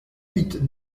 huit